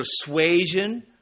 persuasion